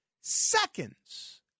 seconds